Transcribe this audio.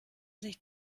sich